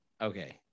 okay